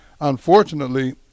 unfortunately